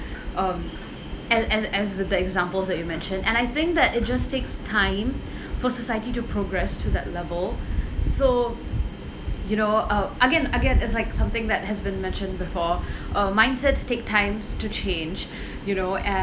um and as as with the examples that you mentioned and I think that it just takes time for society to progress to that level so you know um again again it's like something that has been mentioned before um mindsets take times to change you know and